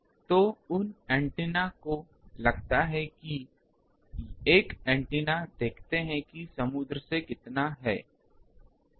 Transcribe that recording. तो उन ऐन्टेना को लगता है कि एक एंटीना देखता है कि समुद्र से कितना आ रहा है